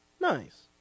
Nice